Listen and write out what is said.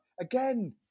again